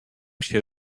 się